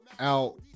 out